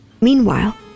Meanwhile